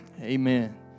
amen